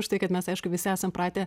už tai kad mes aišku visi esam pratę